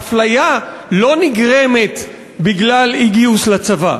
זה שהאפליה לא נגרמת בגלל אי-גיוס לצבא.